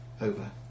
over